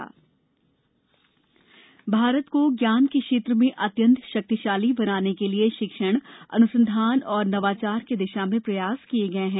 शिक्षा उपलब्धि भारत को ज्ञान के क्षेत्र में अत्यंत शक्तिशाली बनाने के लिए शिक्षण अनुसंधान और नवाचार की दिशा में प्रयास किए गए हैं